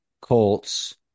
Colts